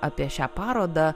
apie šią parodą